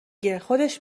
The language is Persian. گه، خودش